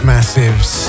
Massives